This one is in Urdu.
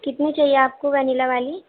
کتنی چاہیے آپ کو ونیلا والی